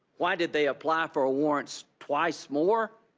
why did they apply for ah warrants twice more?